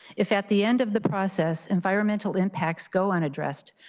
if at the end of the process, environmental impacts go unaddressed,